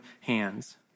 hands